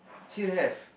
here have